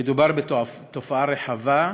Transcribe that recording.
שמדובר בתופעה רחבה,